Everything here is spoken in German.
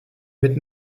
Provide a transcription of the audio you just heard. mit